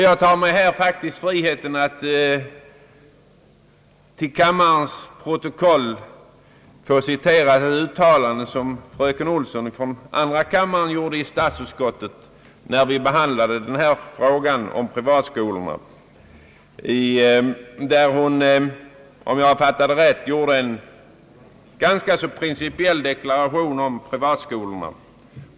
Jag tar mig här faktiskt friheten att till kammarens protokoll få citera ett uttalande som fröken Olsson i andra kammaren gjorde i statsutskottet när vi behandlade frågan om privatskolorna. Om jag fattade det rätt gjorde hon där en principiell deklaration om privatskolorna.